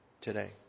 today